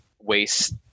waste